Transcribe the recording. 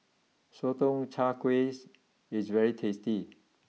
Sotong Char kways is very tasty